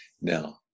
Now